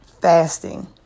fasting